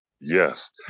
Yes